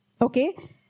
okay